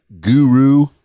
guru